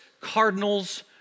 cardinals